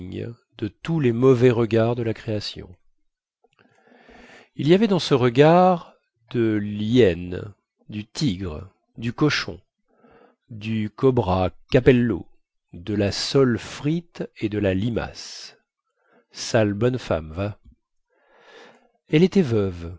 de tous les mauvais regards de la création il y avait dans ce regard de lhyène du tigre du cochon du cobra capello de la sole frite et de la limace sale bonne femme va elle était veuve